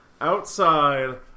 outside